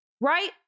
right